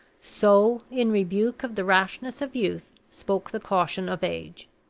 so, in rebuke of the rashness of youth, spoke the caution of age.